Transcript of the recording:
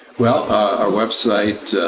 well are website